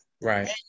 Right